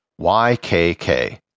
YKK